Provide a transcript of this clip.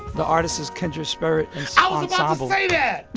the artist is kindred spirits ensemble i yeah